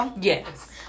Yes